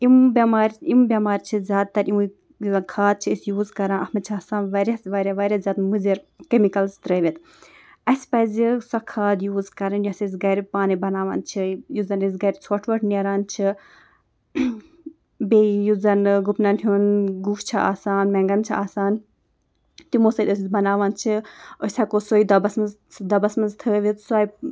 یِم بٮ۪مارِ یِم بٮ۪مارِ چھِ زیادٕتَر یِموٕے کھاد چھِ أسۍ یوٗز کَران اَتھ منٛز چھِ آسان واریاہ واریاہ واریاہ زیادٕ مُضِر کیٚمِکَلٕز ترٛٲوِتھ اَسہِ پَزِ سۄ کھاد یوٗز کَرٕنۍ یۄس أسۍ گَرِ پانَے بَناوان چھِ یُس زَنہٕ أسۍ گَرِ ژھۄٹھ وۄٹھ نیران چھِ بیٚیہِ یُس زَن گُپنَن ہُنٛد گُہہ چھِ آسان مٮ۪نٛگَن چھِ آسان تِمو سۭتۍ أسۍ بَناوان چھِ أسۍ ہٮ۪کو سوے دۄبَس منٛز دۄبَس منٛز تھٲوِتھ سۄے